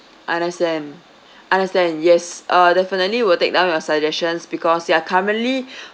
understand understand yes uh definitely will take down your suggestions because ya currently